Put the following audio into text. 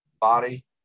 body